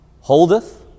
Holdeth